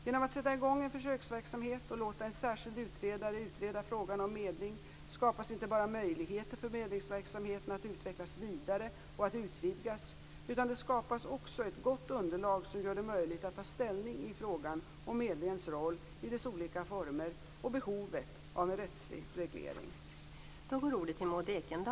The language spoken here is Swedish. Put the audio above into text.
Genom att sätta i gång en försöksverksamhet och låta en särskild utredare utreda frågan om medling skapas inte bara möjligheter för medlingsverksamheten att utvecklas vidare och att utvidgas, utan det skapas också ett gott underlag som gör det möjligt att ta ställning i frågan om medlingens roll i dess olika former och behovet av en rättslig reglering.